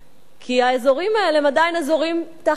כי האזורים האלה הם עדיין אזורים תחת אש.